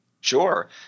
Sure